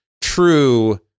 true